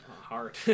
hard